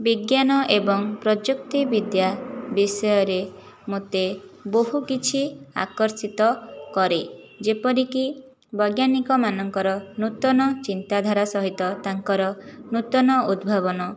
ବିଜ୍ଞାନ ଏବଂ ପ୍ରଯୁକ୍ତି ବିଦ୍ୟା ବିଷୟରେ ମୋତେ ବହୁ କିଛି ଆକର୍ଷିତ କରେ ଯେପରିକି କି ବୈଜ୍ଞାନିକମାନଙ୍କର ନୂତନ ଚିନ୍ତାଧାରା ସହିତ ତାଙ୍କର ନୂତନ ଉଦ୍ଭାବନ